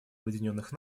объединенных